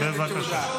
בבקשה.